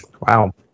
Wow